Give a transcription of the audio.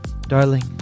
Darling